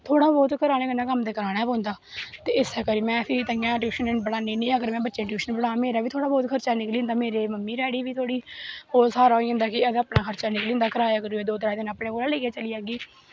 थोह्ड़ा बौह्त घरे आह्लें कन्नै कम्म ते कराना गै पौंदा ऐ ते इस्सै करी फिर में ताइयें टयूशन नेईं पढ़ानी होन्नी में टयूशन पढ़ांऽ मेरा बी थोह्ड़ा मता खर्चा निकली जंदा मेरे मम्मी डैड़ी दी बी थोह्ड़ी होंदा कि असें बी स्हारा होई जंदा कि कराया करुया दो त्रै दिन अपनै कोला गै लेइयै चली जाह्गी